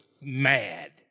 mad